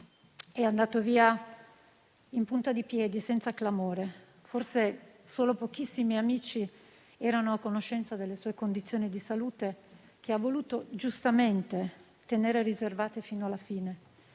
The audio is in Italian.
È andato via in punta di piedi, senza clamore; forse solo pochissimi amici erano a conoscenza delle sue condizioni di salute, che ha voluto giustamente tenere riservate fino alla fine,